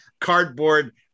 cardboard